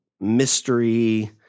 mystery